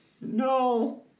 No